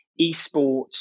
esports